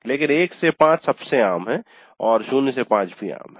लेकिन 1 से 5 सबसे आम है और 0 से 5 भी आम है